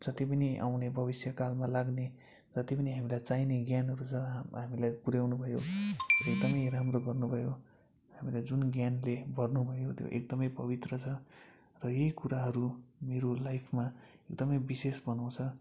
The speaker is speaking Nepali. जति पनि आउने भविष्यकालमा लाग्ने जति पनि हामीलाई चाहिने ज्ञानहरू छ हामीलाई पुर्याउनु भयो एकदमै राम्रो गर्नुभयो हामीलाई जुन ज्ञानले भर्नुभयो त्यो एकदमै पवित्र छ र यही कुराहरू मेरो लाइफमा एकदमै विशेष बनाउँछ